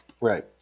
right